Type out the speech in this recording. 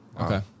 Okay